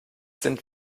sind